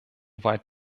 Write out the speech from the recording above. weit